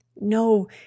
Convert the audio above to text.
No